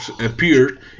appeared